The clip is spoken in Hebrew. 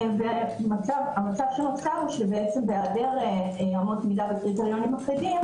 המצב שנוצר הוא שבהיעדר אמות מידה וקריטריונים מחריגים